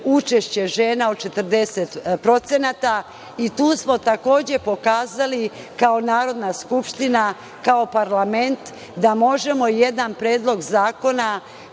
učešća žena od 40%. Tu smo takođe pokazali kao Narodna skupština, kao parlament da možemo jedan predlog zakona